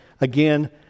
again